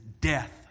death